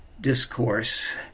discourse